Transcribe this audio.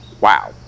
wow